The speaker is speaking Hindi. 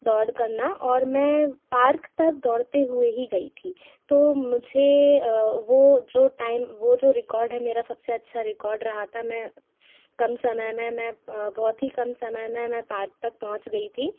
दौड़ करना और मैं पार्क तक दौड़ते हुए ही गई थी तो मुझे वह जो टाइम वह जो रिकाॅर्ड है मेरा सबसे अच्छा रिकाॅर्ड रहा था मैं कम समय में मैं बहुत ही कम समय में मैं पार्क तक पहुँच गई थी